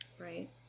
Right